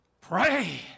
Pray